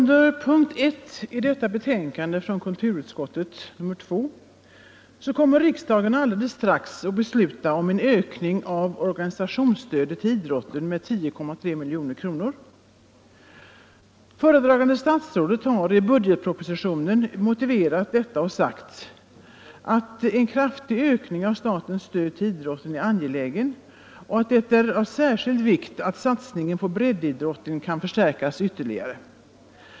Herr talman! Vad gäller punkten 1 i detta betänkande kommer riksdagen alldeles strax att besluta om en ökning av organisationsstödet till idrotten med 10,3 milj.kr. Föredragande statsrådet har i budgetpropositionen motiverat detta med att en kraftig ökning av statens stöd till idrotten är angelägen och framhållit att det är av särskild vikt att satsningen på breddidrotten kan förstärkas ytterligare.